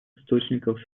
источников